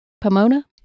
Pomona